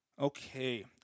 Okay